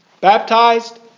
Baptized